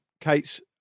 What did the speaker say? Kate's